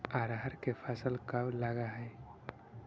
अरहर के फसल कब लग है?